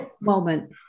moment